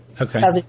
okay